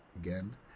Again